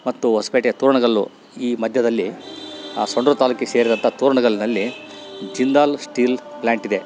ಮತ್ತು ಹೊಸ್ಪೇಟೆ ತೋರಣಗಲ್ಲು ಈ ಮಧ್ಯದಲ್ಲಿ ಆ ಸಂಡೂರು ತಾಲೂಕು ಸೇರಿದಂತೆ ತೋರಣಗಲ್ನಲ್ಲಿ ಜಿಂದಾಲ್ ಸ್ಟೀಲ್ ಪ್ಲಾಂಟ್ ಇದೆ